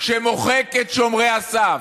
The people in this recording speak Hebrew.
שמוחק את שומרי הסף,